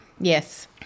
Yes